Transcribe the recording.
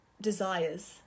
desires